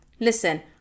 Listen